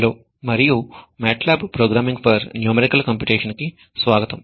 hello మరియు MATLAB programming for numerical computation కి స్వాగతం